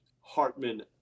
Hartman